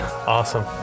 Awesome